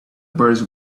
birds